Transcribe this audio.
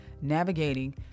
navigating